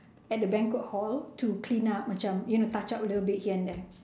at the banquet hall to clean up macam you know touch up little bit here and there